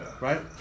right